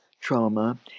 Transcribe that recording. trauma